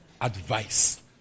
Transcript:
advice